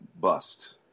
bust